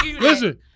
Listen